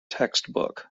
textbook